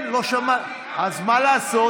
כן, לא, אז מה לעשות?